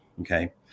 okay